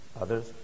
others